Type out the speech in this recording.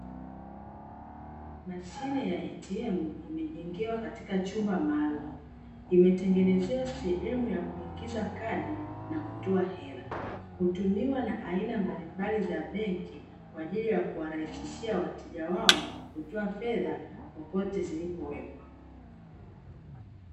Mashine ya "ATM" imejengewa katika chumba maalumu imetengenezewa sehemu ya kuingiza kadi na kutoa hela, hutumiwa na aina mbalimbali za benki kwa ajili ya kuwarahisishia wateja wao kutoa fedha popote zilipowekwa.